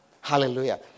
Hallelujah